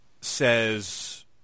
says –